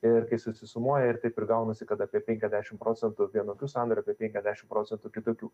ir kai susisumuoja ir taip ir gaunasi kad apie penkiasdešim procentų vienokių sandorių apie penkiasdešim procentų kitokių